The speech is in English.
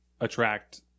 attract